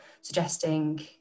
suggesting